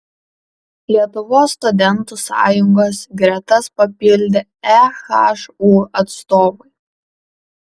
lietuvos studentų sąjungos gretas papildė ehu atstovai